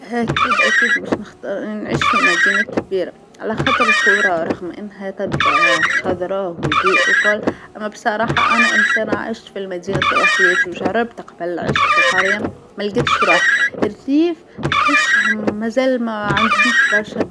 أكيد أكيد باش نختار أني نعيش في مدينه كبيره، علاخاطر القرى رغم أنها تبدا خضرا وهدوء والكل أما بصراحه أنا إنسانه عشت في المدينه طول حياتي وجربت قبل عشت في قريه مالقيتش راحتي، الريف تحسهم مزال ما عندهمش برشا